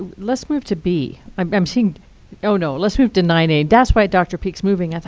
let's move to b i'm seeing oh, no, let's move to nine a. that's why dr peak's moving.